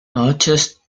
artist